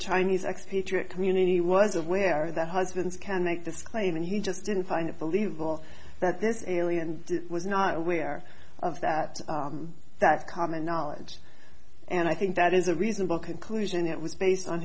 chinese expatriate community was aware that husbands can make this claim and he just didn't find it believe all that this is really and was not aware of that that's common knowledge and i think that is a reasonable conclusion that was based on